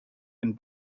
and